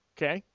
Okay